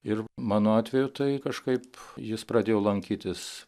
ir mano atveju tai kažkaip jis pradėjo lankytis